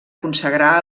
consagrar